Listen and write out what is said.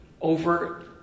over